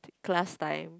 class time